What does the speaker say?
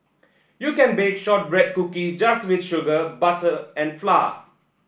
you can bake shortbread cookies just with sugar butter and flour